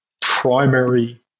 primary